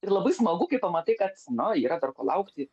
ir labai smagu kai pamatai kad na yra dar ko laukti